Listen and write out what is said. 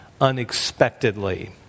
unexpectedly